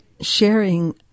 sharing